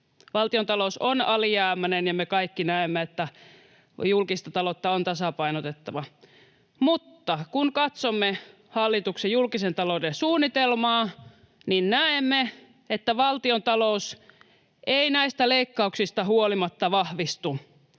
Valtiontalous on alijäämäinen, ja me kaikki näemme, että julkista taloutta on tasapainotettava. Mutta kun katsomme hallituksen julkisen talouden suunnitelmaa, niin näemme, että valtiontalous ei näistä leikkauksista huolimatta vahvistu.